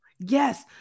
Yes